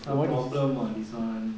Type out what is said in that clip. some problem on this [one]